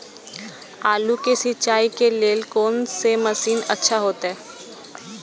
आलू के सिंचाई के लेल कोन से मशीन अच्छा होते?